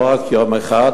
לא רק יום אחד,